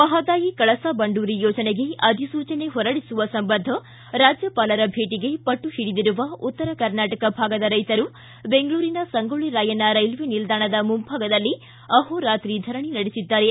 ಮಹದಾಯಿ ಕಳಸಾ ಬಂಡೂರಿ ಯೋಜನೆಗೆ ಅಧಿಸೂಚನೆ ಹೊರಡಿಸುವ ಸಂಬಂಧ ರಾಜ್ಯಪಾಲರ ಭೇಟಗೆ ಪಟ್ಟು ಹಿಡಿದಿರುವ ಉತ್ತರ ಕರ್ನಾಟಕ ಭಾಗದ ರೈತರು ಬೆಂಗಳೂರಿನ ಸಂಗೊಳ್ಳ ರಾಯಣ್ಣ ರೈಲ್ವೇ ನಿಲ್ದಾಣದ ಮುಂಭಾಗದಲ್ಲೇ ಅಹೋರಾತ್ರಿ ಧರಣಿ ನಡೆಸಿದ್ದಾರೆ